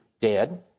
dead